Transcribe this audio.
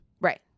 Right